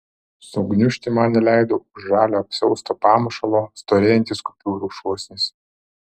sugniužti man neleido už žalio apsiausto pamušalo storėjantis kupiūrų šūsnis